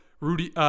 Rudy